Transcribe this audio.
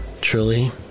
truly